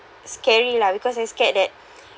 scary lah because I scared that